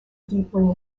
deeply